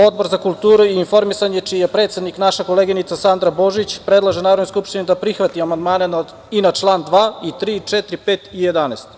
Odbor za kulturu i informisanje, čiji je predsednik naša koleginica Sandra Božić, predlaže Narodnoj skupštini da prihvati amandmane i na čl. 2, 3, 4, 5. i 11.